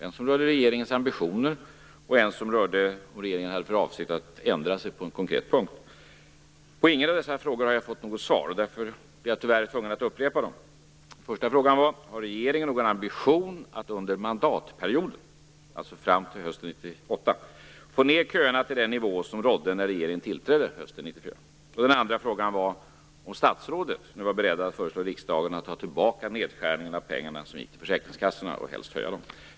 En fråga rörde regeringens ambitioner, och en rörde om regeringen hade för avsikt att ändra sig på en konkret punkt. På ingen av dessa frågor har jag fått något svar, och jag blir därför tvungen att upprepa dem. Den första frågan var: Har regeringen någon ambition att under mandatperioden, dvs. fram till hösten 1998, få ned köerna till den nivå som rådde när regeringen tillträdde hösten 1994? Den andra frågan var: Är statsrådet nu beredd att föreslå riksdagen att ta tillbaka nedskärningen av de pengar som gick till försäkringskassorna och helst öka dem?